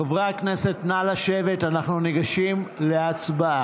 חברי הכנסת, נא לשבת, אנחנו ניגשים להצבעה.